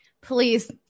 Please